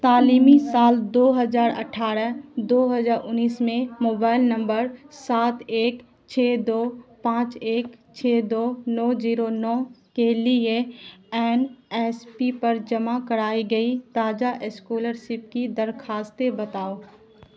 تعلیمی سال دو ہزار اٹھارہ دو ہزار انیس میں موبائل نمبر سات ایک چھ دو پانچ ایک چھ دو نو زیرو نو کے لیے این ایس پی پر جمع کرائی گئی تازہ اسکالرشپ کی درخواستیں بتاؤ